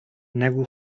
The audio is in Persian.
نگو